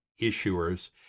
issuers